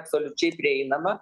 absoliučiai prieinama